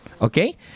okay